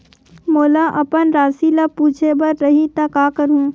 मोला अपन राशि ल पूछे बर रही त का करहूं?